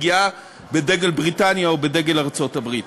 לפגיעה בדגל בריטניה או בדגל ארצות-הברית